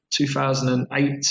2008